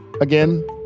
again